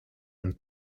and